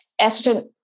estrogen